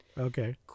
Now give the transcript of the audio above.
okay